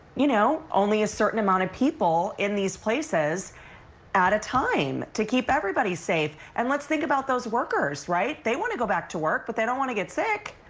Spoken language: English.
you know only a certain amount of people in these places at a time to keep everybody safe and let's think about those workers, right, they want to go back to work but they don't want to get sick.